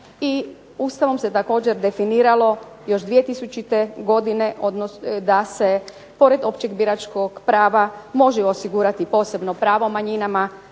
Ustavom se također definiralo još 2000. godine da se pored općeg biračkog prava može osigurati posebno pravo manjinama